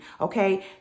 Okay